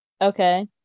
Okay